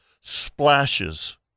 splashes